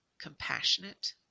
compassionate